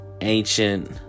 ancient